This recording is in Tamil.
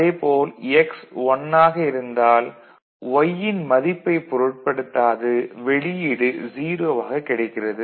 அதே போல் x 1 ஆக இருந்தால் y யின் மதிப்பைப் பொருட்படுத்தாது வெளியீடு 0 ஆக கிடைக்கிறது